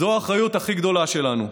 זו האחריות הכי גדולה שלנו,